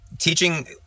Teaching